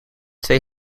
twee